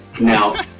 now